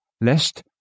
lest